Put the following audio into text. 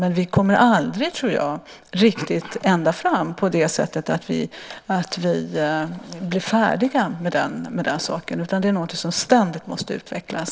Men vi kommer aldrig riktigt ända fram på det sättet att vi blir färdiga med den saken. Det är något som ständigt måste utvecklas.